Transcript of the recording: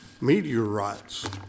meteorites